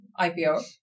IPO